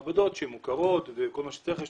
מעבדות מוכרות וכל מה שצריך.